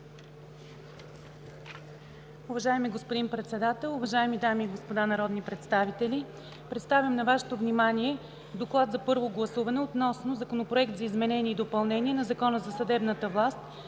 Уважаеми господин Председател, уважаеми дами и господа народни представители! Представям на Вашето внимание, „ДОКЛАД за първо гласуване относно Законопроект за изменение и допълнение на Закона за съдебната власт,